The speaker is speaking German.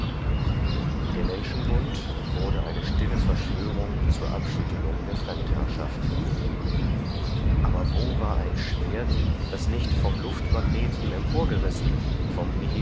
der menschenbund wurde eine stille verschwörung zur abschüttelung der fremdherrschaft aber wo war ein schwert das nicht vom luftmagneten emporgerissen vom